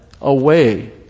away